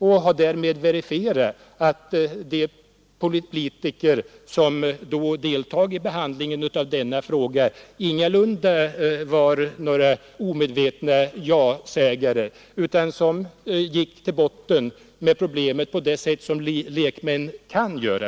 Därmed har herr Lorentzon också verifierat att de politiker som deltog i behandlingen av denna fråga ingalunda var några omedvetna ja-sägare utan att de gick till botten med problemet på så pass gott sätt som lekmän kan göra.